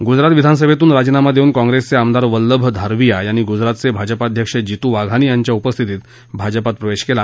गुजरात विधानसभेतून राजीनामा देऊन काँप्रेसचे आमदार वल्लभ धारवीया यांनी गुजरात भाजपाध्यक्ष जितू वाघानी यांच्या उपस्थितीत भाजपात प्रवेश केला